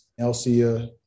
elsia